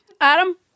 Adam